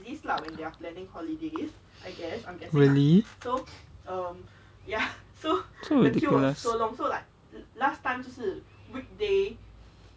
really ya so ridiculous